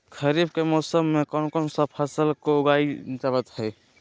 खरीफ के मौसम में कौन कौन सा फसल को उगाई जावत हैं?